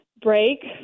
break